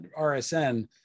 RSN